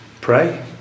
pray